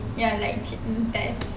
ya like cheat in test